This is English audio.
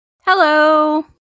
Hello